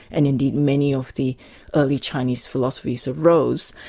and indeed many of the early chinese philosophies arose,